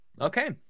okay